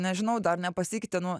nežinau dar nepasikeitė nu